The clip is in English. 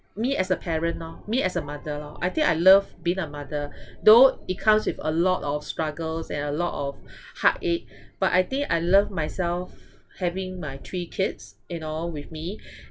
me as a parent lor know me as a mother lor I think I love being a mother though it comes with a lot of struggles and a lot of heartache but I think I love myself having my three kids you know with me